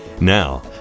Now